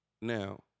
Now